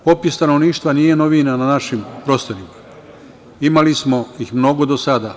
Popis stanovništva nije novina na našim prostorima, imali smo ih mnogo do sada.